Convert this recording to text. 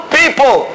people